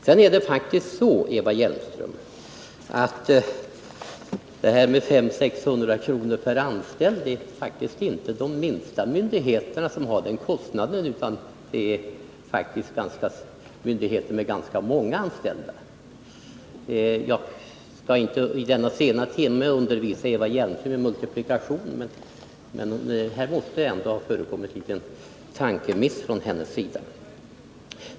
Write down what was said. Sedan är det faktiskt så, Eva Hjelmström, att det inte är de minsta myndigheterna som står för en kostnad på 500 å 600 kr. per anställd, utan det är myndigheter med ganska många anställda. Jag skall inte vid denna sena timme undervisa Eva Hjelmström i multiplikation, men här måste det ändå ha förekommit en tankemiss från hennes sida.